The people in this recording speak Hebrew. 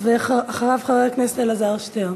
ואחריו, חבר הכנסת אלעזר שטרן.